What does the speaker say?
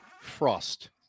Frost